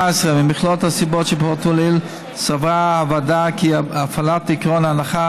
ממכלול הסיבות שפורטו לעיל סברה הוועדה כי הפעלת עקרון הנחת